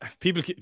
people